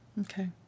Okay